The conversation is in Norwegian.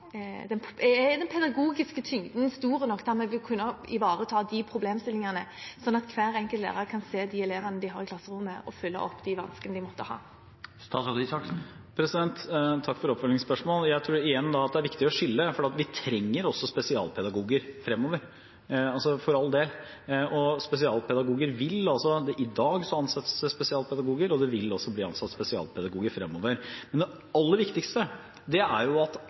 de problemstillingene, slik at hver enkelt lærer kan se de elevene de har i klasserommet, og følge opp de vanskene de måtte ha? Takk for oppfølgingsspørsmål. Jeg tror igjen at det er viktig å skille, for vi trenger også spesialpedagoger fremover, for all del. I dag ansettes det spesialpedagoger, og det vil også bli ansatt spesialpedagoger fremover. Men det aller viktigste er at